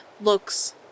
looks